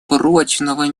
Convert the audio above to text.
прочного